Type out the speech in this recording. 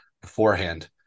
beforehand